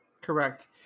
Correct